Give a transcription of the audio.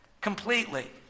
completely